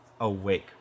awake